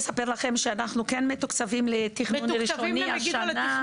ואספר לכם שאנחנו מתוקצבים לתכנון ראשוני השנה.